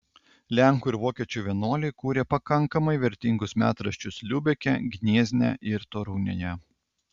lenkų ir vokiečių vienuoliai kūrė pakankamai vertingus metraščius liubeke gniezne ir torunėje